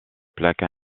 plaques